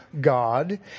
God